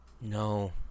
No